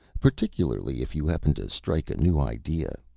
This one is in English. particularly if you happen to strike a new idea.